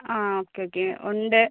ആ okay okay ഉണ്ട്